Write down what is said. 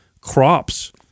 crops